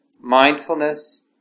mindfulness